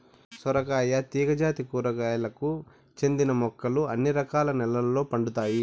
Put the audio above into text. సొరకాయ తీగ జాతి కూరగాయలకు చెందిన మొక్కలు అన్ని రకాల నెలల్లో పండుతాయి